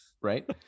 Right